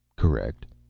correct.